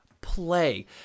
play